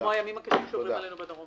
כמו הימים הקשים שעוברים עלינו בדרום.